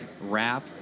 rap